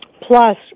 Plus